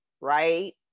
right